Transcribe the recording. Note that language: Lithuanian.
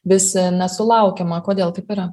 vis nesulaukiama kodėl taip yra